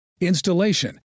installation